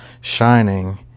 shining